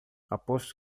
aposto